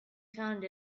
found